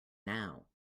now